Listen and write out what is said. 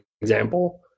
example